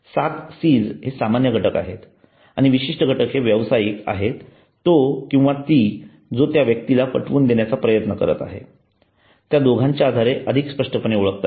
सात Cs हे सामान्य घटक आहेत आणि विशिष्ट घटक हे व्यवसायिक आणि तो किंवा ती जो त्या व्यक्तीला पटवून देण्याचा प्रयत्न करत आहेत त्या दोघांच्या आधारे अधिक स्पष्टपणे ओळखता येतात